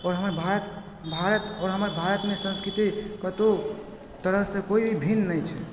आओर हाँ भारत भारत हमर भारतमे संस्कृति कतहु तरहसँ कोई भी भिन्न नहि छै